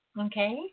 Okay